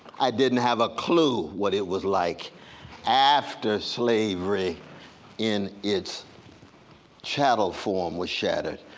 i didn't have a clue what it was like after slavery in its chattel form was shattered.